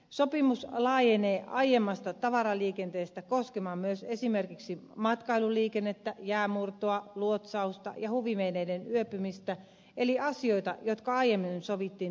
sopimus laajenee aiemmasta tavaraliikenteestä koskemaan myös esimerkiksi matkailuliikennettä jäänmurtoa luotsausta ja huviveneiden yöpymistä eli asioita jotka aiemmin sovittiin erillissopimuksin